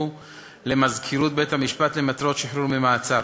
למזכירות בית-המשפט למטרות שחרור ממעצר).